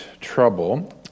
trouble